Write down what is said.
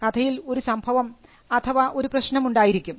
കഥയിൽ ഒരു സംഭവം അഥവാ ഒരു പ്രശ്നം ഉണ്ടായിരിക്കും